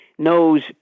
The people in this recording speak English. knows